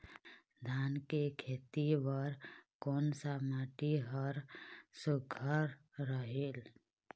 धान के खेती बर कोन सा माटी हर सुघ्घर रहेल?